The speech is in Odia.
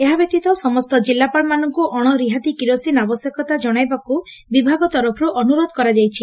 ଏହା ବ୍ୟତୀତ ସମସ୍ତ ଜିଲ୍ଲାପାଳମାନଙ୍କୁ ଅଣ ରିହାତି କିରୋସିନ୍ ଆବଶ୍ୟକତା କଶାଇବାକୁ ବିଭାଗ ତରଫରୁ ଅନୁରୋଧ କରାଯାଇଛି